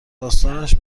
داستانش